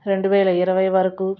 రెండువేల ఇరవై వరకు